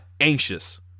anxious